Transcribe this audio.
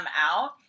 out